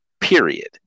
period